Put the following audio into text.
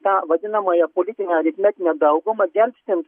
tą vadinamąją politinę aritmetinę daugumą gelbstint